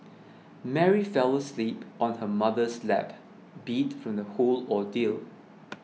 Mary fell asleep on her mother's lap beat from the whole ordeal